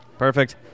Perfect